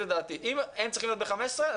הם צריכים להיות ב-15 ילדים,